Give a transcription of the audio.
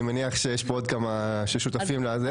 אני מניח שיש פה עוד כמה ששותפים לזה.